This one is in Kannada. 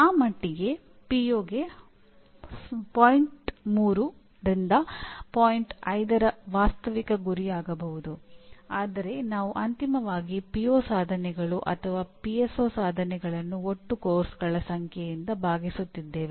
ಆ ಮಟ್ಟಿಗೆ ಪಿಒಗೆ ಸಾಧನೆಗಳನ್ನು ಒಟ್ಟು ಪಠ್ಯಕ್ರಮಗಳ ಸಂಖ್ಯೆಯಿಂದ ಭಾಗಿಸುತ್ತಿದ್ದೇವೆ